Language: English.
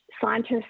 scientists